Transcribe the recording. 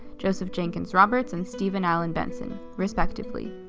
joseph jenkins roberts and stephen allen benson, respectively.